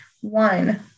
one